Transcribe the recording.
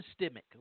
systemic